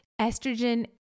estrogen